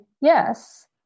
yes